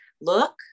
look